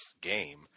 game